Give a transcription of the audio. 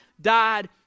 died